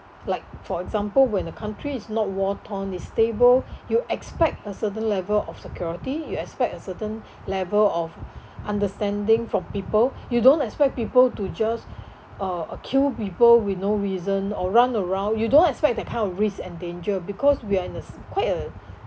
like for example when the country is not war torn is stable you expect a certain level of security you expect a certain level of understanding from people you don't expect people to just uh uh kill people with no reason or run around you don't expect that kind of risks and danger because we're in a quite a